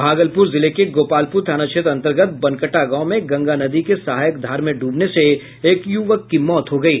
भागलपुर जिले के गोपालपुर थाना क्षेत्र अंतर्गत बनकटा गांव में गंगा नदी के सहायक धार में डूबने से एक युवक की मौत हो गयी